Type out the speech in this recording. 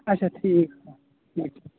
اَچھا ٹھیٖک چھُ ٹھیٖک چھُ